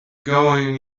going